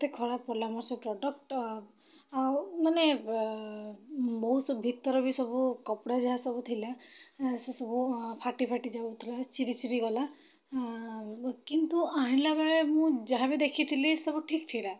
ଏତେ ଖରାପ ପଡ଼ିଲା ମୋର ସେ ପ୍ରଡ଼କ୍ଟ ଆଉ ଆଉ ମାନେ ବହୁତ ସବୁ ଭିତର ବି ସବୁ କପଡ଼ା ଯାହା ସବୁ ଥିଲା ସେସବୁ ଫାଟି ଫାଟି ଯାଉଥିଲା ଚିରି ଚିରି ଗଲା କିନ୍ତୁ ଆଣିଲା ବେଳେ ମୁଁ ଯାହାବି ଦେଖିଥିଲି ସବୁ ଠିକ୍ ଥିଲା